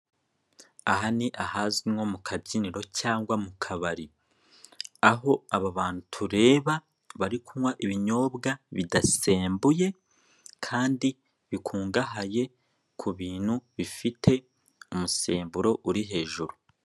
Aha ni ahazwi nko mu kabyiniro cyangwa mu akabari, aho aba bantu tureba bari kunywa ibinyobwa bidasembuye kandi bikungahaye ku bintu bifite umusemburo uri hejuru.